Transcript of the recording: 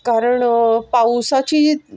कारण पावसाची